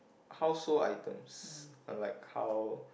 household items and like how